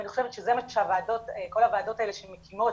ואני חושבת שזה מה שכל הוועדות האלה שמוקמות,